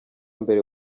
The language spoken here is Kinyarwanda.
mbere